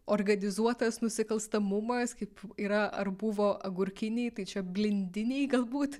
organizuotas nusikalstamumas kaip yra ar buvo agurkiniai tai čia blindiniai galbūt